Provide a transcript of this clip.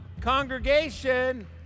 Congregation